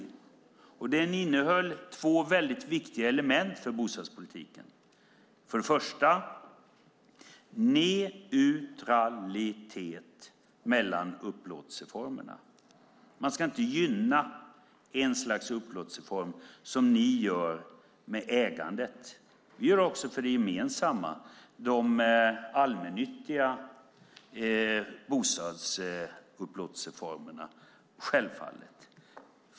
Budgetmotionen innehöll två väldigt viktiga element för bostadspolitiken. För det första: Vi vill ha neutralitet mellan upplåtelseformerna. Man ska inte gynna ett slags upplåtelseform som ni gör med ägandet. Vi gör det också för det gemensamma, de allmännyttiga upplåtelseformerna, självfallet.